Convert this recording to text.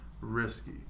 risky